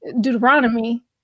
Deuteronomy